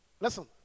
Listen